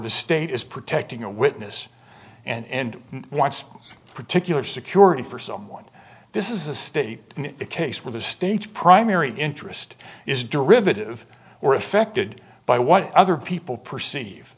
the state is protecting a witness and wants a particular security for someone this is a state case where the state's primary interest is derivative or affected by what other people perceive